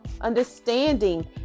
understanding